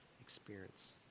experience